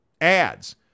ads